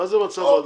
מצב רדום?